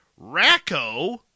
Racco